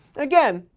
again,